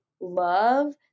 love